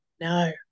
no